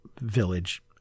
village